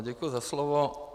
Děkuji za slovo.